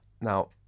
Now